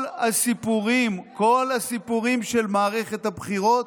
כל הסיפורים, כל הסיפורים של מערכת הבחירות,